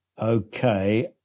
okay